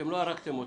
אתם לא הרגתם אותו,